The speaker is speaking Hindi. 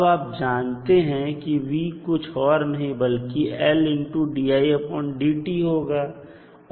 अब आप जानते हैं कि v कुछ और नहीं बल्कि होगा